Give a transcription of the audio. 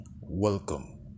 Welcome